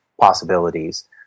possibilities